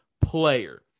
player